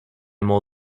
more